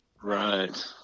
Right